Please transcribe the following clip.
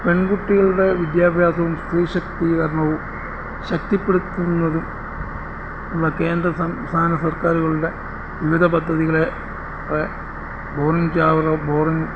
പെൺകുട്ടികളുടെ വിദ്യാഭ്യാസവും സ്ത്രീ ശാക്തീകരണവും ശക്തിപ്പെടുത്തുന്നതും നമ്മുടെ കേന്ദ്ര സംസ്ഥാന സർക്കാരുകളുടെ വിവിധ പദ്ധതികളെ